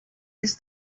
des